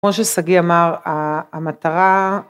כמו ששגיא אמר: המטרה